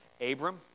Abram